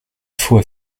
faut